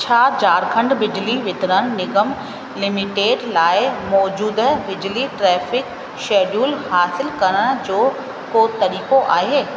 छा झारखंड बिजली वितरण निगम लिमिटेड लाइ मोजूदह बिजली टैरिफ शेड्यूल हासिलु करण जो को तरीक़ो आहे